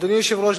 אדוני היושב-ראש,